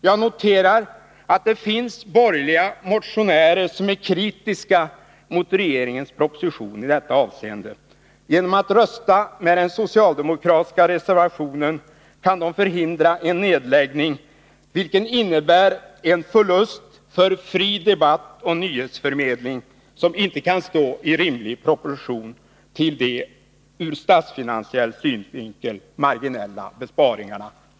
Jag noterar att det finns borgerliga motionärer, som är kritiska mot regeringens proposition i detta avseende. Genom att rösta med den socialdemokratiska reservationen kan de förhindra en neddragning av stödet, vilken innebär en förlust för fri debatt och nyhetsförmedling som inte kan stå i rimlig proportion till de ur statsfinansiell synvinkel marginella besparingarna.